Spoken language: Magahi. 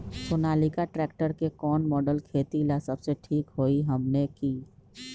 सोनालिका ट्रेक्टर के कौन मॉडल खेती ला सबसे ठीक होई हमने की?